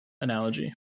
analogy